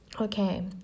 Okay